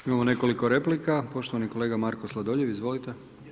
Imamo nekoliko replika, poštovani kolega Marko Sladoljev, izvolite.